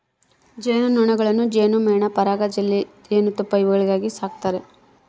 ಜೇನು ನೊಣಗಳನ್ನು ಜೇನುಮೇಣ ಪರಾಗ ಜೆಲ್ಲಿ ಜೇನುತುಪ್ಪ ಇವುಗಳಿಗಾಗಿ ಸಾಕ್ತಾರೆ